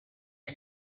for